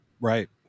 Right